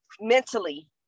mentally